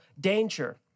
danger